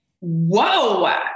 whoa